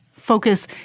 focus